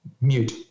mute